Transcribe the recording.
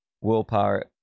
willpower